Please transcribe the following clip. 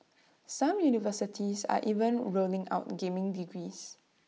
some universities are even rolling out gaming degrees